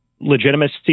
legitimacy